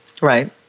right